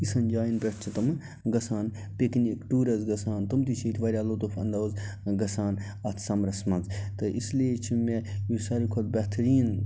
یِژھن جایَن پٮ۪ٹھ چھِ تِمہٕ گژھان پِکنِک ٹوٗرَس گژھان تِم تہِ چھِ ییٚتہِ لُطف اندوز گژھان اَتھ سَمرَس منٛز تہٕ اس لیے چھِ مےٚ یُس سارِوی کھۄتہٕ بہتریٖن